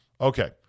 Okay